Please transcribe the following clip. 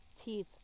teeth